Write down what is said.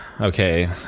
Okay